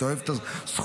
אתה אוהב את הסכומים,